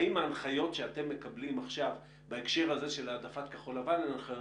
האם ההנחיות שאתם מקבלים עכשיו בהקשר הזה של העדפת כחול לבן הן אחרות?